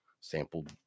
sampled